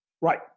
Right